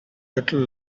little